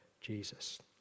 Jesus